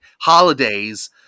holidays